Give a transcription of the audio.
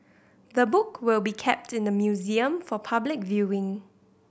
the book will be kept in the museum for public viewing